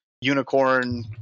unicorn